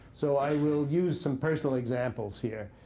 so i will use some personal examples here.